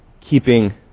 keeping